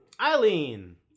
Eileen